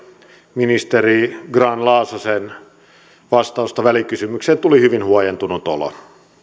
ministeri grahn laasosen vastausta välikysymykseen tuli hyvin huojentunut olo